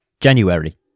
January